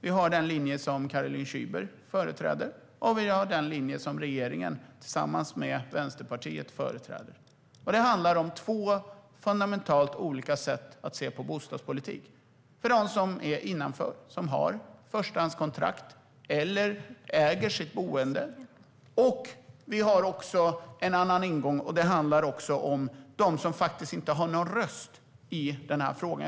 Vi har den linje som Caroline Szyber företräder, och vi har den linje som regeringen tillsammans med Vänsterpartiet företräder. Det handlar om två fundamentalt olika sätt att se på bostadspolitiken. Det ena är för dem som är innanför och har förstahandskontrakt eller äger sitt boende. Men vi har också en annan ingång, som handlar om dem som faktiskt inte har någon röst i den här frågan.